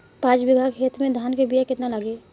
पाँच बिगहा खेत में धान के बिया केतना लागी?